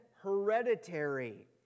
hereditary